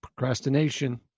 Procrastination